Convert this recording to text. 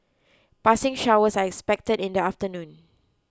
passing showers are expected in the afternoon